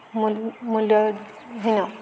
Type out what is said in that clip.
ମୂଲ୍ୟ ମୂଲ୍ୟହୀନ